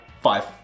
five